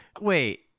Wait